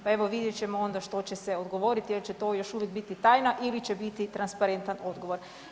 Pa evo vidjet ćemo onda što će se odgovoriti ili će to još uvijek biti tajna ili će biti transparentan odgovor.